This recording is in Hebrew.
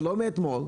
ולא מאתמול,